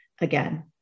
again